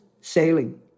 sailing